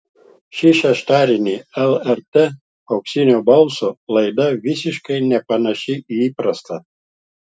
šį šeštadienį lrt auksinio balso laida visiškai nepanaši į įprastą